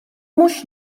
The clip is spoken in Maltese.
mhux